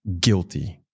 guilty